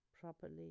properly